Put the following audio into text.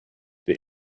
der